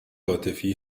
عاطفی